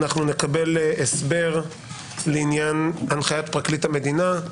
אנחנו נקבל הסבר לעניין הנחיית פרקליט המדינה,